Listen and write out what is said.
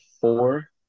four